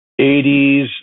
80s